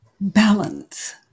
Balance